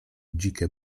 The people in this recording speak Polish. dzikie